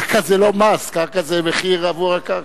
קרקע זה לא מס, קרקע זה מחיר עבור הקרקע.